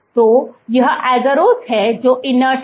तो यह agarose है जो inert है